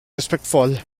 respektvoll